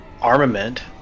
armament